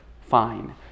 Fine